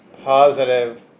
positive